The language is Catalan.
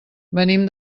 venim